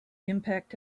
impact